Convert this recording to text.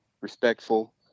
respectful